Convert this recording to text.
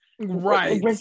Right